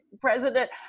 president